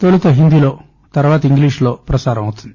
తొలుత హిందీలో తర్వాత ఇంగ్లీష్లో ప్రసారమవుతాయి